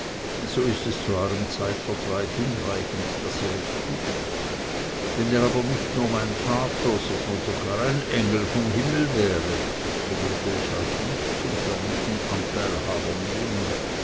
so ist es zu eurem zeitvertreib hinreichend daß ihr es tut wenn ihr aber nicht nur mein vater sondern sogar ein engel vom himmel wäret so würde ich euch nicht zum förmlichen anteilhaber annehmen